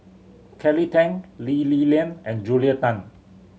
Kelly Tang Lee Li Lian and Julia Tan